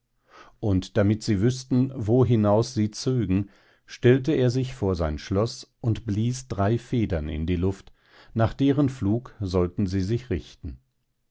und damit sie wüßten wo hinaus sie zögen stellte er sich vor sein schloß und blies drei federn in die luft nach deren flug sollten sie sich richten